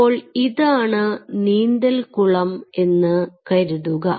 അപ്പോൾ ഇതാണ് നീന്തൽകുളം എന്ന് കരുതുക